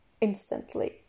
instantly